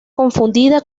confundida